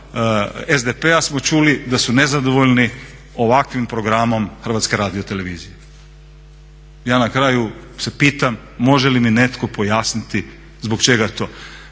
SDP-a smo čuli da su nezadovoljni ovakvim programom HRT-a. Ja na kraju se pitam može li mi netko pojasniti zbog čega to.